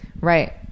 Right